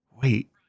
Wait